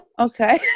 Okay